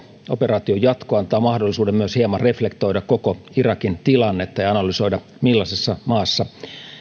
operaation jatko antaa mahdollisuuden myös hieman reflektoida koko irakin tilannetta ja analysoida millaisessa maassa